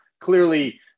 clearly